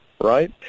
right